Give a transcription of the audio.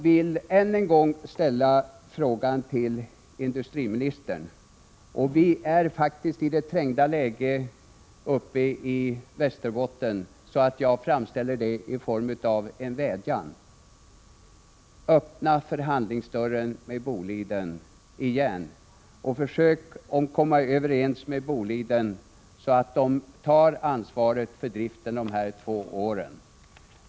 Vi befinner oss i ett sådant trängt läge uppe i Västerbotten att jag vädjar: Öppna dörren för förhandlingar med Boliden igen och försök komma överens med företaget, så att det tar ansvaret för driften de här två åren!